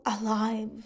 alive